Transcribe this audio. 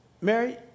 Mary